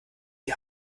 die